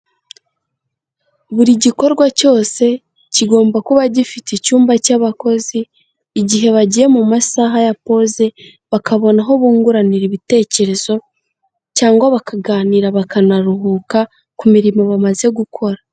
Buri gikorwa cyose kigomba kuba gifite icyumba cy'abakozi igihe bagiye mu masaha ya poze bakabona aho bunguranira ibitekerezo cyangwa bakaganira bakanaruhuka ku mirimo bamaze gukora.